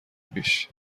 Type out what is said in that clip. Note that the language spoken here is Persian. پیش